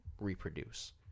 reproduce